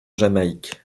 jamaïque